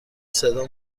صدا